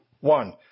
one